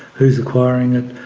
who is acquiring it,